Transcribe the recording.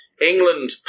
England